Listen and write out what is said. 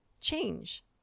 change